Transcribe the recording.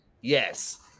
yes